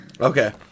Okay